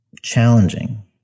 challenging